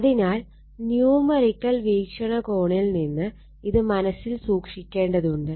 അതിനാൽ ന്യൂമെറിക്കൽ വീക്ഷണകോണിൽ നിന്ന് ഇത് മനസ്സിൽ സൂക്ഷിക്കേണ്ടതുണ്ട്